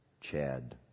Chad